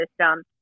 system